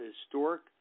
historic